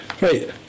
right